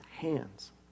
hands